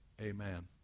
Amen